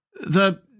The